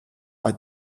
are